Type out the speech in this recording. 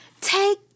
Take